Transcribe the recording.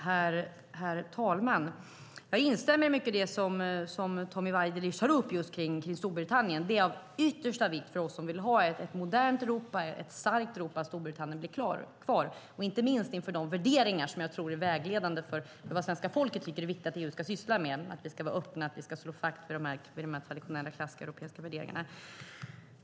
Herr talman! Jag instämmer i mycket av det som Tommy Waidelich tar upp när det gäller Storbritannien. Det är av yttersta vikt för oss som vill ha ett modernt och starkt Europa att Storbritannien blir kvar, inte minst när det gäller de värderingar som jag tror är vägledande för vad svenska folket tycker är viktigt att EU ska syssla med. Vi ska vara öppna, och vi ska slå vakt om de traditionella, europeiska värderingarna.